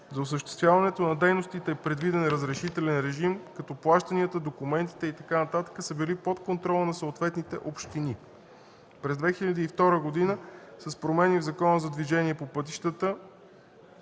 За осъществяването на дейностите е предвиден и разрешителен режим, като плащанията, документите и така нататък са били под контрола на съответните общини. През 2002 г. с промени в Закона за движение по пътищата